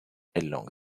along